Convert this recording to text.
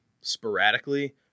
sporadically